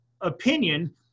opinion